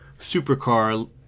supercar